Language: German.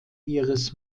ihres